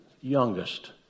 youngest